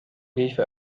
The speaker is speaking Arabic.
كيف